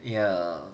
ya